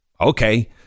Okay